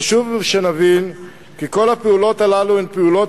חשוב שנבין כי כל הפעולות הללו הן פעולות